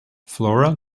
flora